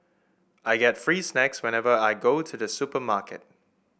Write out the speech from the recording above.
I get free snacks whenever I go to the supermarket